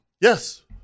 yes